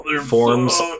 forms